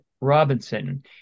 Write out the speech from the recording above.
Robinson